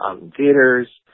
theaters